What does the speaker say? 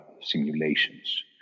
simulations